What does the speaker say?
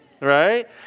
right